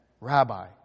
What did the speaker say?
Rabbi